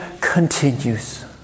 continues